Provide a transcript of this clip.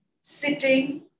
sitting